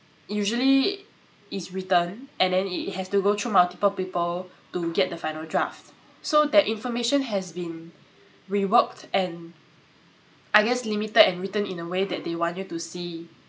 usually it's written and then it has to go through multiple people to get the final draft so that information has been reworked and I guess limited and written in a way that they want you to see